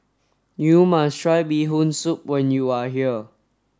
you must try Bee Hoon Soup when you are here